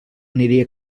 aniria